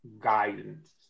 guidance